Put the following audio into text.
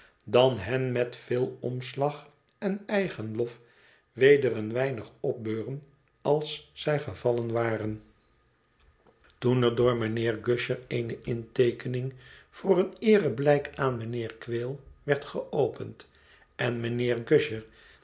dan hen met veel omslag en eigenlof weder een weinig opbeuren als zij gevallen waren toen er door mijnheer gusher eene inteekening voor een eereblijk aan mijnheer quale werd geopend en mijnheer